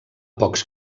pocs